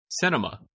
Cinema